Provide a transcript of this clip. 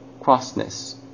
crossness